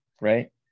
right